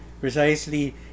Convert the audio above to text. precisely